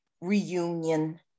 reunion